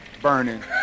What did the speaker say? burning